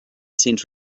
center